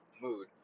mood